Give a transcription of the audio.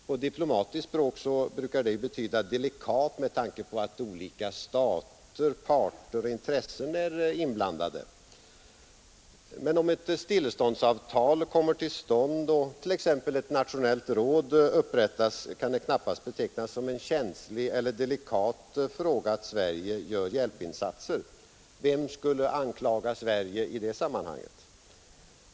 På diplomatiskt språk brukar det betyda delikat med tanke på att olika stater, parter och intressen är inblandade. Men om ett stilleståndsavtal kommer till stånd och t.ex. ett nationellt råd upprättas, kan det knappast betecknas som en känslig eller delikat fråga att Sverige gör hjälpinsatser. Vem skulle anklaga Sverige i det sammanhanget?